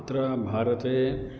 तत्र भारते